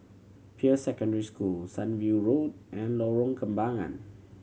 Peirce Secondary School Sunview Road and Lorong Kembangan